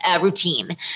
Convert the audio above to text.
routine